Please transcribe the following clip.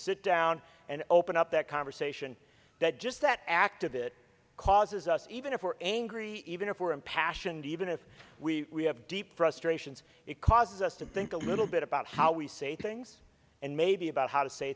sit down and open up that conversation that just that act of it causes us even if we're angry even if we're impassioned even if we have deep frustrations it causes us to think a little bit about how we say things and maybe about how to say